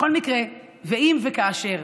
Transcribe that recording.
בכל מקרה, אם וכאשר